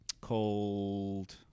called